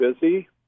busy